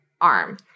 arm